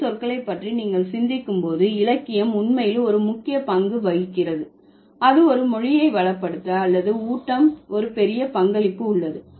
புதிய சொற்களை பற்றி நீங்கள் சிந்திக்கும் போது இலக்கியம் உண்மையில் ஒரு முக்கிய பங்கு வகிக்கிறது அது ஒரு மொழியை வளப்படுத்த அல்லது ஊட்டம் ஒரு பெரிய பங்களிப்பு உள்ளது